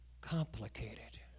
complicated